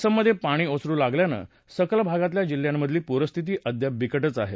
असममधे पाणी ओसरू लागल्यानं सखल भागातल्या जिल्ह्यांमधली पूरस्थिती अद्याप बिकटच आहे